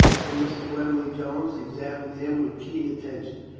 and mr. wembly-jones examined him with keen attention.